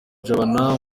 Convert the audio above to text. jabana